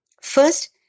First